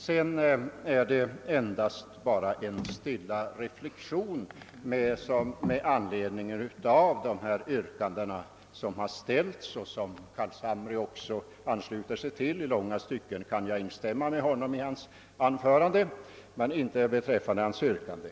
Vidare vill jag göra en stilla reflexion i anledning av de yrkanden som framställts och som herr Carlshamre också ansluter sig till. I långa stycken kan jag instämma i hans anförande men inte i hans yrkande.